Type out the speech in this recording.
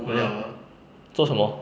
ah 做什么